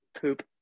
poop